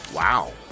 Wow